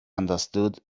understood